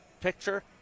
picture